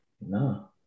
no